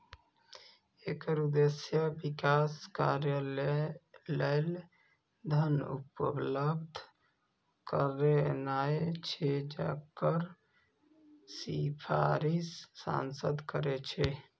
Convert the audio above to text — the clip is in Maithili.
एकर उद्देश्य विकास कार्य लेल धन उपलब्ध करेनाय छै, जकर सिफारिश सांसद करै छै